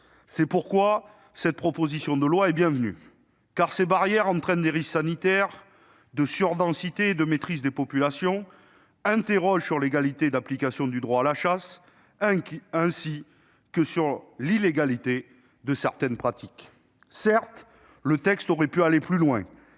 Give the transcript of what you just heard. C'est pourquoi cette proposition de loi est bienvenue. En outre, ces barrières entraînent des risques sanitaires, de surdensité et de maîtrise des populations et interrogent sur l'égalité d'application du droit de la chasse, ainsi que sur la légalité de certaines pratiques. Certes, le texte aurait pu aller plus loin